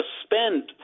spent